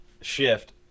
shift